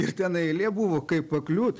ir ten eilė buvo kaip pakliūt